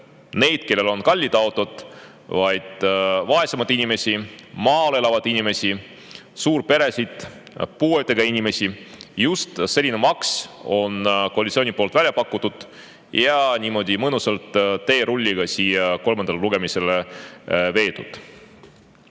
neid, kellel on kallid autod, vaid vaesemaid inimesi, maal elavaid inimesi, suurperesid, puuetega inimesi. Just sellise maksu on koalitsioon välja pakkunud ja see on mõnusalt teerulli abil siia kolmandale lugemisele